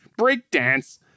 Breakdance